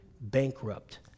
bankrupt